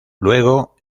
luego